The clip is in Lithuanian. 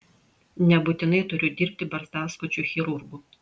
nebūtinai turiu dirbti barzdaskučiu chirurgu